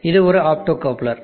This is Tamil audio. இது ஒரு ஆப்டோகப்லர்